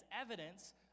evidence